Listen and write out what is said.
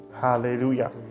hallelujah